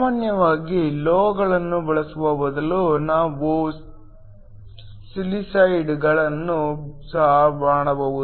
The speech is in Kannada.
ಸಾಮಾನ್ಯವಾಗಿ ಲೋಹಗಳನ್ನು ಬಳಸುವ ಬದಲು ನಾವು ಸಿಲಿಸೈಡ್ಗಳನ್ನು ಸಹ ಮಾಡಬಹುದು